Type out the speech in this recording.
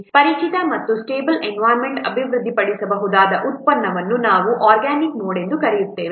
ಪರಿಚಿತ ಮತ್ತು stable environment ಅಭಿವೃದ್ಧಿಪಡಿಸಬಹುದಾದ ಉತ್ಪನ್ನವನ್ನು ನಾವು ಆರ್ಗ್ಯಾನಿಕ್ ಮೋಡ್ ಎಂದು ಕರೆಯುತ್ತೇವೆ